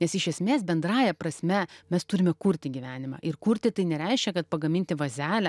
nes iš esmės bendrąja prasme mes turime kurti gyvenimą ir kurti tai nereiškia kad pagaminti vazelę